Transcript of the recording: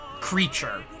creature